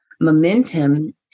momentum